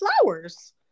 flowers